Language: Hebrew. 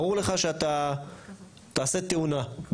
ברור לך שתעשה תאונה,